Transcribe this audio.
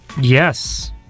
Yes